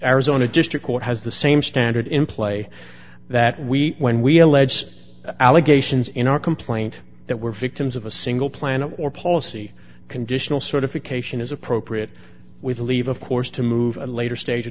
arizona district court has the same standard in play that we when we allege allegations in our complaint that were victims of a single plan or policy conditional certification is appropriate we believe of course to move a later stage o